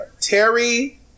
Terry